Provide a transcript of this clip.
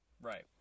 Right